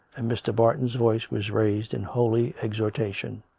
and mr. barton's voice was raised in holy exhortation.